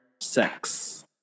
sex